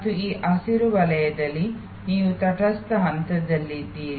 ಮತ್ತು ಈ ಹಸಿರು ವಲಯದಲ್ಲಿ ನೀವು ತಟಸ್ಥ ಹಂತದಲ್ಲಿದ್ದೀರಿ